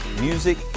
music